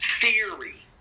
theory